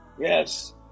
Yes